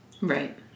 Right